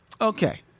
Okay